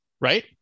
right